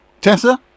Tessa